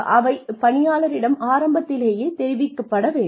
அவை பணியாளரிடம் ஆரம்பத்திலேயே தெரிவிக்கப்பட வேண்டும்